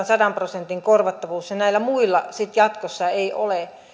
sadan prosentin korvattavuus ja näillä muilla sitten jatkossa ei ole